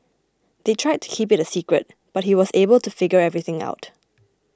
they tried to keep it a secret but he was able to figure everything out